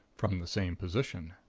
from the same position.